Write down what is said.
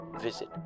visit